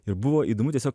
ir buvo įdomu tiesiog